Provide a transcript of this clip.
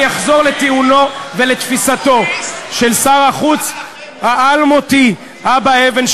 ואני אחזור לטיעונו ולתפיסתו של שר החוץ האלמותי אבא אבן,